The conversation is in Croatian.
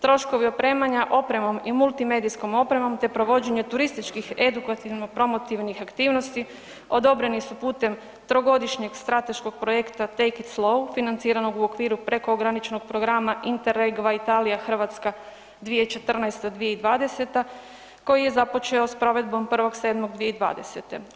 Troškovi opremanja opremom i multimedijskom opremom te provođenje turističkih edukativnih promotivnih aktivnosti odobreni su putem trogodišnjeg strateškog projekta TAKE IT SLOW financiranog u okviru prekograničnog program Interreg VA Italija-Hrvatska 2014.-2020. koji je započeo s provedbom 1.7.2020.